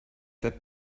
that